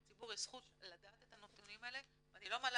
לציבור יש זכות לדעת את הנתונים האלה ואני לא מעלה